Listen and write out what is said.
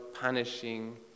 punishing